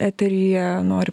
eteryje noriu